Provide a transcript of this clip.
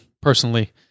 personally